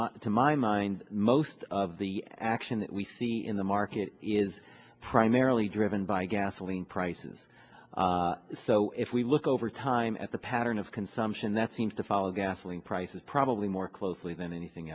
much to my mind most of the action that we see in the market is primarily driven by gasoline prices so if we look over time at the pattern of consumption that seems to follow gasoline prices probably more closely than anything